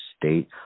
state